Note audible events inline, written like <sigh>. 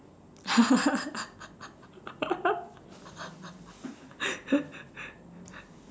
<laughs>